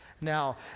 Now